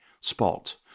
spot